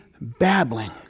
babbling